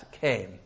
came